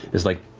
is like,